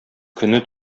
көне